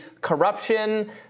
corruption